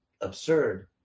absurd